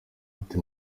ati